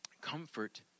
comfort